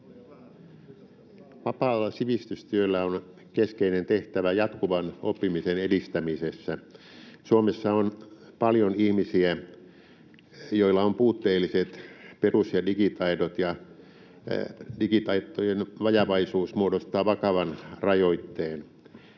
Vapaalla sivistystyöllä on keskeinen tehtävä jatkuvan oppimisen edistämisessä. Suomessa on paljon ihmisiä, joilla on puutteelliset perus- ja digitaidot. Digitaitojen vajavaisuus muodostaa vakavan rajoitteen.